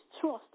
trust